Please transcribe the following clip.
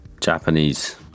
Japanese